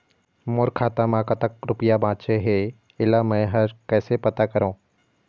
मोर खाता म कतक रुपया बांचे हे, इला मैं हर कैसे पता करों?